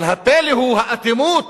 אבל הפלא הוא האטימות